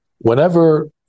Whenever